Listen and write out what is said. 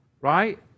right